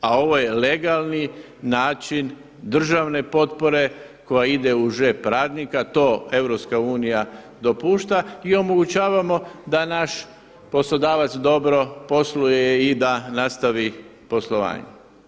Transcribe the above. A ovo je legalni način državne potpore koja ide u džep radnika, to Europska unija dopušta i omogućavamo da naš poslodavac dobro posluje i da nastavi poslovanje.